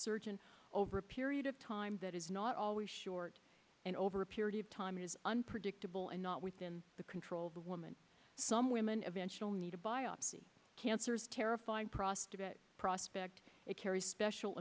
surgeon over a period of time that is not always short and over a period of time is unpredictable and not within the control of the woman some women eventually need to biopsy cancers terrifying prostitute it carries special